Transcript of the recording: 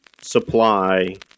supply